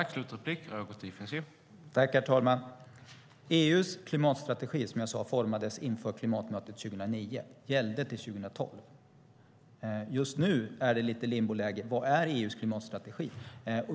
Herr talman! Som jag sade formades EU:s klimatstrategi inför klimatmötet 2009 och gällde till 2012. Just nu är det lite limboläge när det gäller vad som är EU:s klimatstrategi.